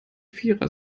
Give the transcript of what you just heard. vierer